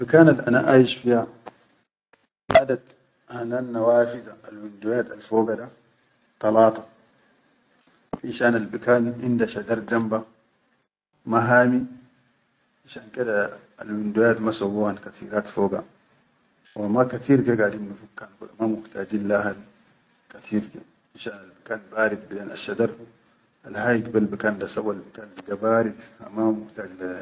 Albikan al ana aʼyish fiya, adad hana nawafiza alwindoyat alfogada talata, finshan albikan inda shadar jamba ma hami, fishan keda alwindoyat ma sawwan kateerat foga, wa ma kateer ke gadin nufukkan kula ma muhtajeen laham kateer ke, fishan albikan barid kateer ke, asshadar alhayik bel bikan da sawwal bikan barid fishan da.